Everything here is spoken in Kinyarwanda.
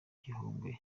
gihogwe